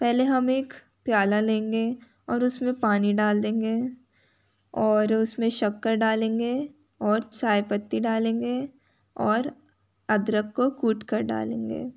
पहले हम एक प्याला लेंगे और उसमें पानी डाल देंगे और उसमें शक्कर डालेंगे और चाय पत्ती डालेंगे और अदरक को कूटकर डालेंगे